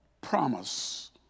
promise